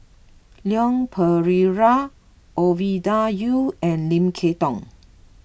Leon Perera Ovidia Yu and Lim Kay Tong